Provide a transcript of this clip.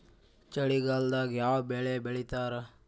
ಚಳಿಗಾಲದಾಗ್ ಯಾವ್ ಬೆಳಿ ಬೆಳಿತಾರ?